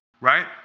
right